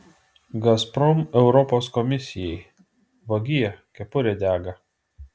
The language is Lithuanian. gazprom europos komisijai vagie kepurė dega